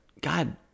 God